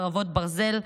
חרבות ברזל),